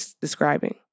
describing